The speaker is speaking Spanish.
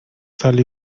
tal